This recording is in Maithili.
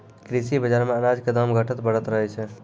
कृषि बाजार मॅ अनाज के दाम घटतॅ बढ़तॅ रहै छै